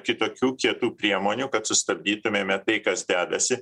kitokių kietų priemonių kad sustabdytumėme tai kas dedasi